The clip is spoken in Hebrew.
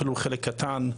אפילו חלק קטן,